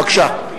בבקשה.